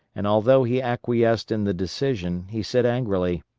and although he acquiesced in the decision, he said angrily,